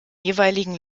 jeweiligen